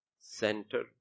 Center